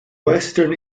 western